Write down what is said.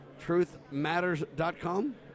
Truthmatters.com